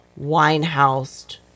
Winehouse